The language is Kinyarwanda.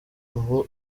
ubu